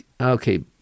Okay